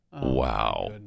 Wow